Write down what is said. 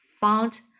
found